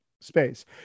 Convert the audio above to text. space